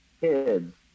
Kids